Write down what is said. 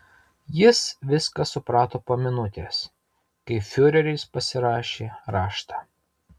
jis viską suprato po minutės kai fiureris pasirašė raštą